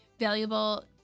valuable